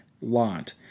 Lot